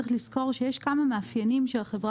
צריך לזכור שיש כמה מאפיינים של החברה